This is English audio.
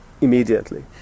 immediately